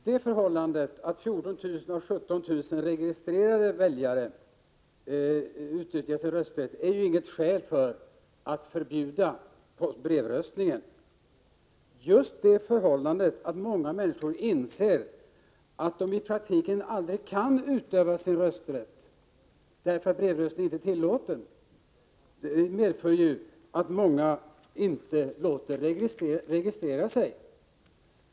Herr talman! Att 14 000 av 17 000 registrerade väljare utnyttjar sin rösträtt är inget skäl för att förbjuda brevröstningen. Just det förhållandet att många människor inser att de i praktiken aldrig kan utöva sin rösträtt, därför att brevröstning inte är tillåten, medför att åtskilliga inte låter registrera sig.